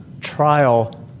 trial